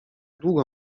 długo